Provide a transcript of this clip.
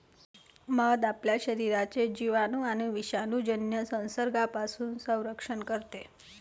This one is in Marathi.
मध आपल्या शरीराचे जिवाणू आणि विषाणूजन्य संसर्गापासून संरक्षण करते